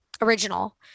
original